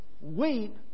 weep